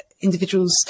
Individuals